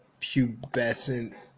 pubescent